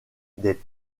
des